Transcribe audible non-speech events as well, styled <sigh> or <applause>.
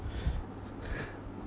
<laughs>